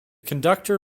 conductor